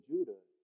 Judah